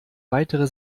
weitere